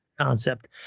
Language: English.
concept